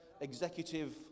executive